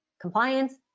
compliance